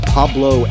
Pablo